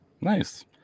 Nice